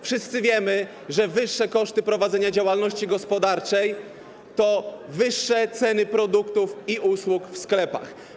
Wszyscy wiemy, że wyższe koszty prowadzenia działalności gospodarczej to wyższe ceny produktów i usług w sklepach.